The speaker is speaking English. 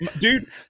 Dude